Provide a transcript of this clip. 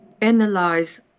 analyze